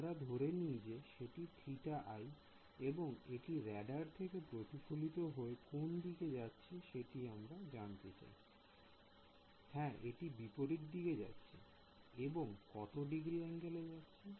আমরা ধরে নিই যে সেটি θi এবং এটি রাডার থেকে প্রতিফলিত হয়ে কোন দিকে যাচ্ছে সেটি আমাদের জানার বিষয় I হ্যাঁ এটি বিপরীত দিকে যাচ্ছে এবং কত ডিগ্রী অ্যাঙ্গেল করছে